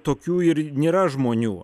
tokių ir nėra žmonių